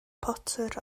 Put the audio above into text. potter